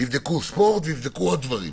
כלומר שיבדקו ספורט ויבדקו עוד דברים,